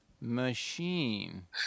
machine